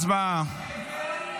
הצבעה.